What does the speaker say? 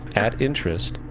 at interest,